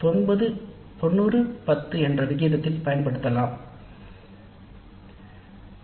நேரடி கணக்கீட்டு முறைமை ஆனது மாணவர்களின் செயல்திறனை அடிப்படையாகக் கொண்டது